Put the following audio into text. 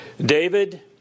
David